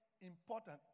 Important